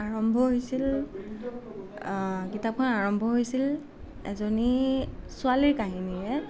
আৰম্ভ হৈছিল কিতাপখন আৰম্ভ হৈছিল এজনী ছোৱালীৰ কাহিনীৰে